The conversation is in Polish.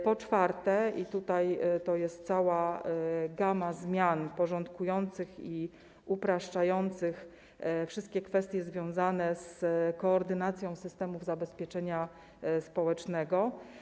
Po czwarte, to jest cała gama zmian porządkujących i upraszczających wszystkie kwestie związane z koordynacją systemów zabezpieczenia społecznego.